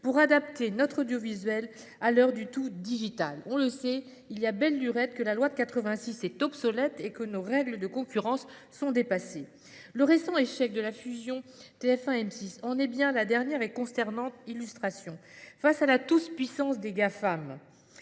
pour adapter notre audiovisuel à l'heure du tout-digital. On le sait, il y a belle lurette que la loi de 1986 est obsolète et que nos règles de concurrence sont dépassées. Le récent échec de la fusion entre TF1 et M6 en est la dernière et consternante illustration. Face à la toute-puissance des Gafam,